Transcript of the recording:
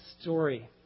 story